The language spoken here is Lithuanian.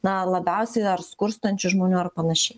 na labiausiai skurstančių žmonių ar panašiai